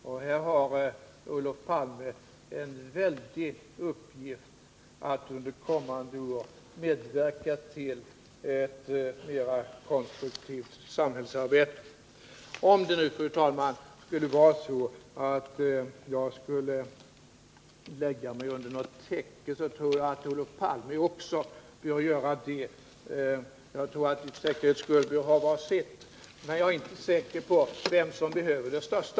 Olof Palme har här en mycket stor uppgift att fullgöra under kommande år, nämligen att medverka till ett mera konstruktivt samhällsarbete. Om jag, fru talman, behöver lägga mig under ett täcke, bör nog även Olof Palme göra det. Jag tror att vi för säkerhets skull bör ha var sitt, men jag är inte säker på vem som behöver det största.